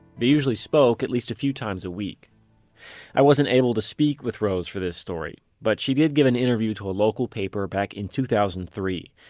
they usually spoke at least a few times a week i wasn't able to speak with rose for this story. but she did give an interview to a local paper back in two thousand and three.